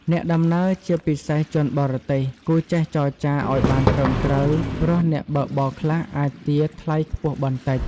អ្នកដំណើរ ជាពិសេសជនបរទេស គួរចេះចរចាឱ្យបានត្រឹមត្រូវ ព្រោះអ្នកបើកបរខ្លះអាចទារថ្លៃខ្ពស់បន្តិច។